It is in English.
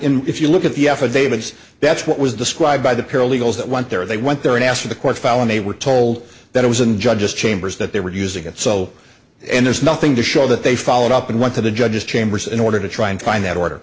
time if you look at the affidavit that's what was described by the paralegals that went there they went there and asked for the court file and they were told that it was in judge's chambers that they were using it so and there's nothing to show that they followed up and went to the judge's chambers in order to try and find that order